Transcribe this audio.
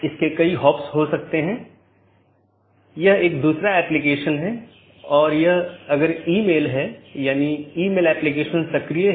इन protocol के उदाहरण OSPF हैं और RIP जिनमे मुख्य रूप से इस्तेमाल किया जाने वाला प्रोटोकॉल OSPF है